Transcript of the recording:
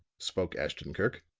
spoke ashton-kirk,